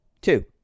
Two